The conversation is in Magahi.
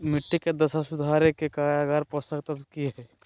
मिट्टी के दशा सुधारे के कारगर पोषक तत्व की है?